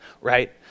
right